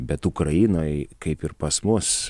bet ukrainoj kaip ir pas mus